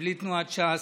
בלי תנועת ש"ס,